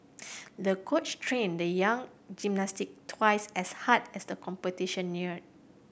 the coach trained the young gymnast twice as hard as the competition neared